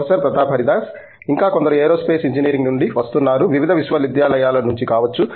professor Pratap Haridas ఇంకా కొందరు aerospace engineering నుండి వస్తున్నారు వివిధ విశ్వవిద్యాలయాలు నుంచి కావచ్చు